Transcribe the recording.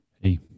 Hey